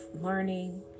learning